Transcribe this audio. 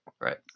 right